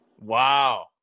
Wow